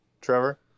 Trevor